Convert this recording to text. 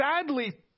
Sadly